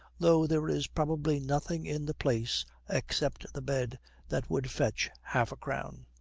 though there is probably nothing in the place except the bed that would fetch half-a-crown.